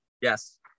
Yes